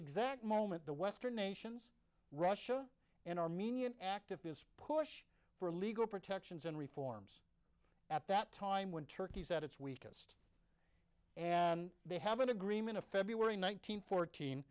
exact moment the western nations russia and armenian activists push for legal protections and reforms at that time when turkey is at its weakest and they have an agreement of feb nineteenth fourteen